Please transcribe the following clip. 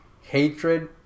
hatred